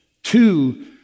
Two